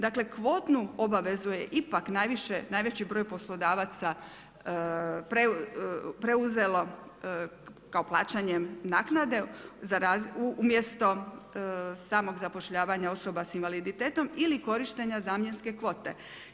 Dakle, kvotnu obvezu je ipak najveći broj poslodavac preuzelo kao plaćanje naknade umjesto samog zapošljavanja osoba s invaliditetom ili korištenje zamjenske kvote.